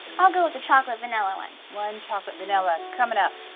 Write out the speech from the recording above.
i'll go with the chocolate vanilla one. one chocolate vanilla coming up.